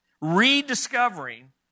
rediscovering